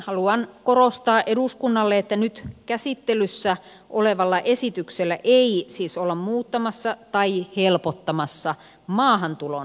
haluan korostaa eduskunnalle että nyt käsittelyssä olevalla esityksellä ei siis olla muuttamassa tai helpottamassa maahantulon edellytyksiä